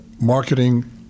marketing